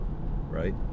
right